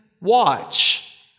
watch